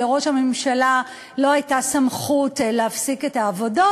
שלראש הממשלה לא הייתה סמכות להפסיק את העבודות.